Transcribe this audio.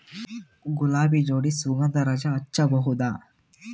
ಗುಲಾಬಿ ಜೋಡಿ ಸುಗಂಧರಾಜ ಹಚ್ಬಬಹುದ?